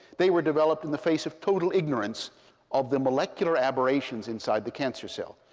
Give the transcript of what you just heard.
they were developed in the face of total ignorance of the molecular aberrations inside the cancer cell.